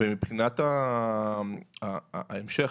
ומבחינת ההמשך,